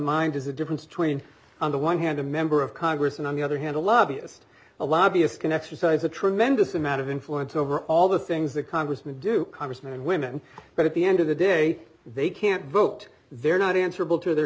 mind is the difference between on the one hand a member of congress and on the other hand a lobbyist a lobbyist can exercise a tremendous amount of influence over all the things that congressmen do congressmen and women but at the end of the day they can't vote they're not answerable to their